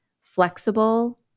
flexible